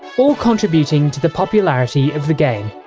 all contributing to the popularity of the game.